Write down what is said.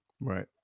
Right